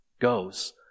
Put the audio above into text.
goes